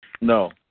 No